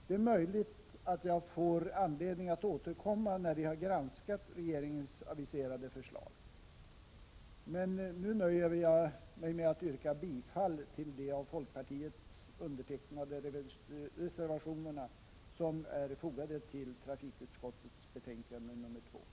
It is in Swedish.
Det är möjligt att jag får anledning att återkomma när vi har granskat regeringens aviserade förslag. Men nu nöjer jag mig med att yrka bifall till de av folkpartiet undertecknade reservationerna som är fogade till trafikutskottets betänkande nr 2.